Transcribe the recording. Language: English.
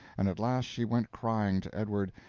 and at last she went crying to edward,